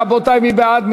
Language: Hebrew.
רבותי, מי בעד?